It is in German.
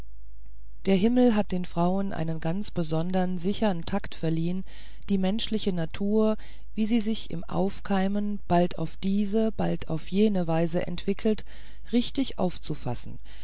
der himmel hat den frauen einen ganz besondern sichern takt verliehen die menschliche natur wie sie sich im aufkeimen bald auf diese bald auf jene weise entwickelt richtig aufzufassen